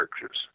churches